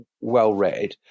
well-read